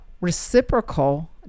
reciprocal